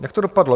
Jak to dopadlo?